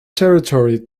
territory